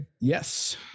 Yes